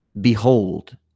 Behold